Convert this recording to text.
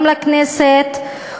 גם לכנסת,